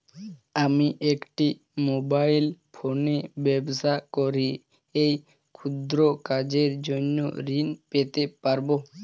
আমি একটি মোবাইল ফোনে ব্যবসা করি এই ক্ষুদ্র কাজের জন্য ঋণ পেতে পারব?